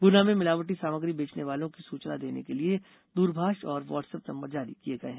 गुना में मिलावटी सामग्री बेचने वालो की सूचना देने के लिए दूरभाष और वाट्सअप नंबर जारी किये गये हैं